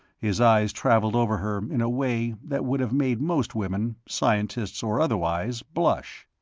his eyes traveled over her in a way that would have made most women, scientists or otherwise, blush.